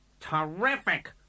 Terrific